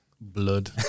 blood